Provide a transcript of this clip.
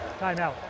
timeout